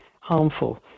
harmful